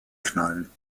knallen